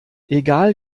egal